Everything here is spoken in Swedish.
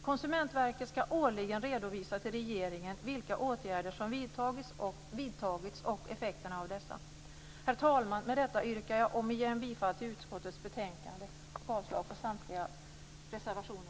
Konsumentverket skall årligen redovisa till regeringen vilka åtgärder som har vidtagits och effekterna av dessa. Herr talman! Med det anförda yrkar jag omigen bifall till hemställan i utskottets betänkande och avslag på samtliga reservationer.